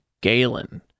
Galen